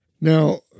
now